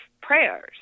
prayers